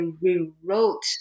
rewrote